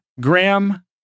Graham